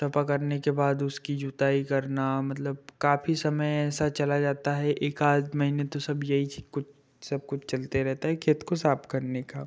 सफ़ा करने के बाद उसकी जुताई करना मतलब काफ़ी समय ऐसा चला जाता है एकाध महीने तो सब यही कुछ सब कुछ चलते रहता है खेत को साफ़ करने का